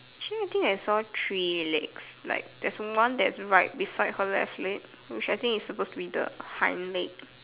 actually I think I saw three legs like there's one that's right beside her left leg which I think is supposed to be the hind leg